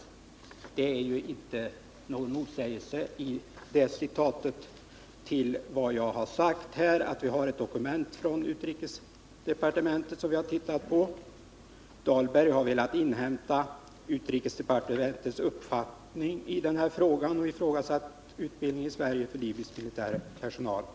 I det citatet ligger det inte någon motsägelse till vad jag har sagt här, att vi har tittat på ett dokument från utrikesdepartementet, som omtalar att Dahlberg har velat inhämta utrikesdepartementets uppfattning om ifrågasatt utbildning i Sverige för libysk militär personal.